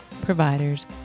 providers